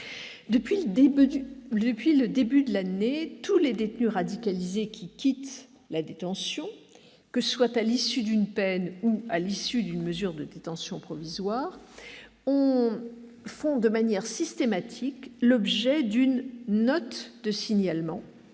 Depuis le début de l'année, tous les détenus radicalisés quittant la détention, que ce soit à l'issue d'une peine ou d'une mesure de détention provisoire, font systématiquement l'objet d'une « note de signalement